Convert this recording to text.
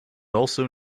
also